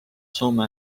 soome